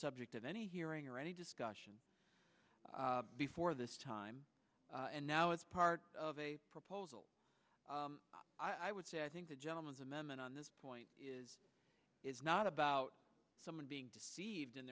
subject of any hearing or any discussion before this time and now it's part of a proposal i would say i think the gentleman's amendment on this point is not about someone being deceived in